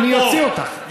אני אוציא אותך.